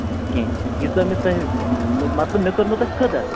کیٚنہہ ییٖژاہ مےٚ تۄہہِ مطلب مےٚ کٔرمو تۄہہِ قَدٕر